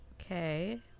Okay